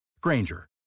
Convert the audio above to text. Granger